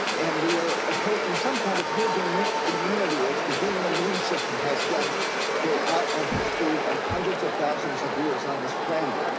and we are approaching some kind of herd immunity as the human immune system has done throughout our history of hundreds of thousands of years on this planet.